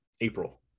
April